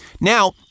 Now